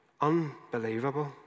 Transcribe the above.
Unbelievable